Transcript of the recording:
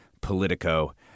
Politico